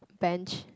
bench